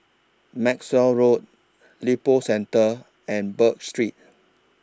Maxwell Road Lippo Centre and Birch Street